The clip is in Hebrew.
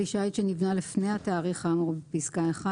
כלי שיט שנבנה לפני התאריך האמור בפסקה (1),